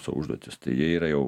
savo užduotis tai jie yra jau